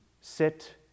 sit